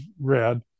read